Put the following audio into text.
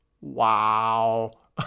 Wow